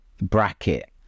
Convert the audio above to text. bracket